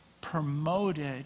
promoted